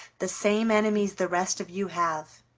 the same enemies the rest of you have,